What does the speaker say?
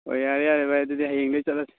ꯑꯣ ꯌꯥꯔꯦ ꯌꯥꯔꯦ ꯚꯥꯏ ꯑꯗꯨꯗꯤ ꯍꯌꯦꯡꯗꯒꯤ ꯆꯠꯂꯁꯤ